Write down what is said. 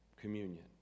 communion